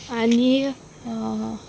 आनी